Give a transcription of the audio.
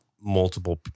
multiple